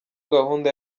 gahunda